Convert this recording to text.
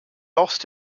lost